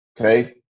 Okay